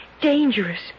dangerous